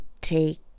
take